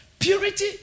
Purity